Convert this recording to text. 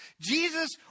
Jesus